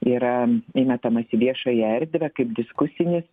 yra įmetamas į viešąją erdvę kaip diskusinis